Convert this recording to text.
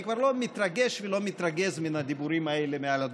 אני כבר לא מתרגש ולא מתרגז מן הדיבורים האלה מעל הדוכן,